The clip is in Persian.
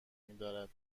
میدارد